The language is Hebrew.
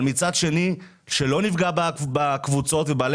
אבל מצד שני שלא נפגע בקבוצות ובעלי